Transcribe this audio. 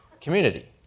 community